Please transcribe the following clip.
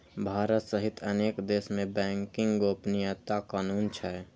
भारत सहित अनेक देश मे बैंकिंग गोपनीयता कानून छै